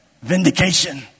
Vindication